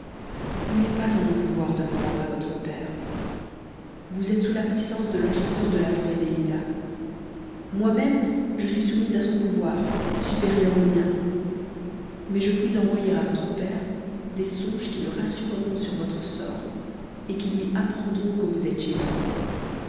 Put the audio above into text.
il n'est pas en mon pouvoir de vous rendre à votre père vous êtes sous la puissance de l'enchanteur de la forêt des lilas moi-même je suis soumise à son pouvoir supérieur au mien mais je puis envoyer à votre père des songes qui le rassureront sur votre sort et qui lui apprendront que vous êtes chez moi